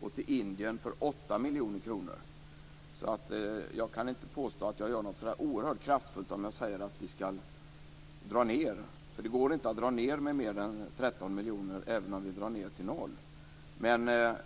och till Indien för 8 miljoner kronor. Jag kan inte påstå att jag gör någonting oerhört kraftfullt om jag säger att vi skall dra ned, för det går inte att dra ned med mer än 13 miljoner även om vi skulle dra ned till noll.